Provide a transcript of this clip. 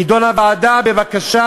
תדון הוועדה בבקשה